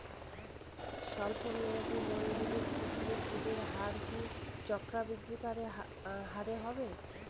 স্বল্প মেয়াদী লোনগুলির ক্ষেত্রে সুদের হার কি চক্রবৃদ্ধি হারে হবে?